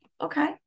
okay